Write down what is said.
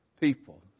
people